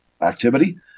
activity